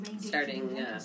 starting